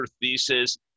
thesis